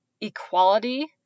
equality